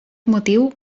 motiu